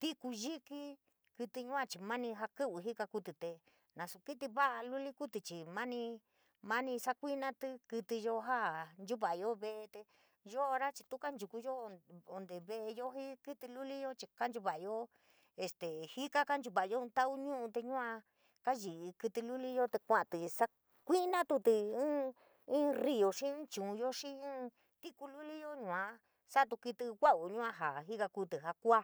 tiku yiki, kítí yua chii mani jaa kíví jikakuutí, tee nasu kítí va'a luli kuutí, chii mani mani saa kuinatí kítíyo jaa nchava'ayo ve'e tee yoo ora chii tuu kanchukoyo este jika kaancuva'ayo ín tau ñu'u tee yua kayi'i kítí luliyo te kua'ate sakuinatutí íín rííyo, xii in chuuyo, xii in tikululiyo sua satu kítí vau yua jaa jikatutí jaa kua.